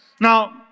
Now